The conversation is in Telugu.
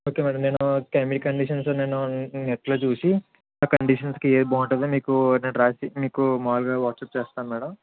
ఓకే మ్యాడం నేను మీ కండిషన్స్ నేను నెట్లో చూసి ఆ కండిషన్స్కి ఏది బాగుంటుందో మీకు నేను రాసి మీకు మామూలుగా వాట్సాప్ చేస్తాను మ్యాడం